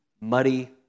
muddy